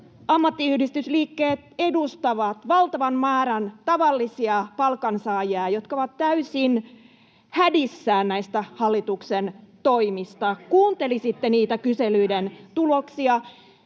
Ammattiyhdistysliikkeet edustavat valtavaa määrää tavallisia palkansaajia, jotka ovat täysin hädissään näistä hallituksen toimista. [Ben Zyskowicz: Koska